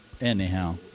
anyhow